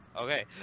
Okay